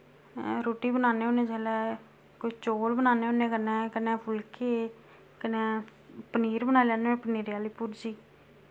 रुट्टी बनान्ने होन्ने जिल्लै कोई चौल बनान्ने होन्ने कन्नै कन्नै फुल्के कन्नै पनीर बनाई लैन्ने होन्ने पनीर आह्ली भुर्जी